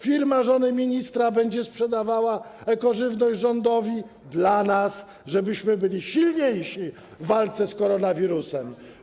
Firma żony ministra będzie sprzedawała ekożywność rządowi dla nas, żebyśmy byli silniejsi w walce z koronawirusem.